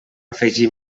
afegir